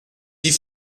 die